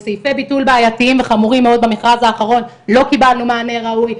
סעיפי ביטול בעייתיים וחמורים מאוד במכרז האחרון לא קיבלנו מענה ראוי.